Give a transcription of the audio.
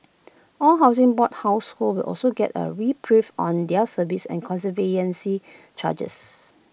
all Housing Board households will also get A reprieve on their service and conservancy charges